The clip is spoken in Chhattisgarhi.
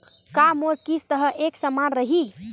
का मोर किस्त ह एक समान रही?